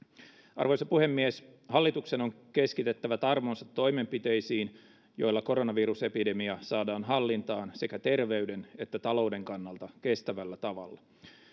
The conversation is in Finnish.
arvoisa puhemies hallituksen on keskitettävä tarmonsa toimenpiteisiin joilla koronavirusepidemia saadaan hallintaan sekä terveyden että talouden kannalta kestävällä tavalla